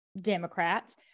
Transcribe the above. Democrats